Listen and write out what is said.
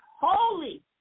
holy